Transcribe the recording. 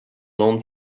non